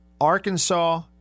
Arkansas